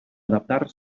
adaptar